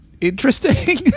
interesting